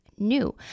New